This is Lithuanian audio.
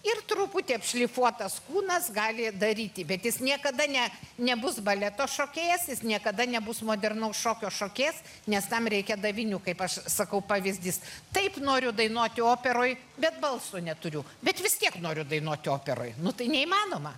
ir truputį apšlifuotas kūnas gali daryti bet jis niekada nebus baleto šokėjas jis niekada nebus modernaus šokio šokėjas nes tam reikia davinių kaip aš sakau pavyzdys taip noriu dainuoti operoj bet balso neturiu bet vis tiek noriu dainuoti operoj nu tai neįmanoma